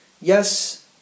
Yes